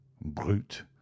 brute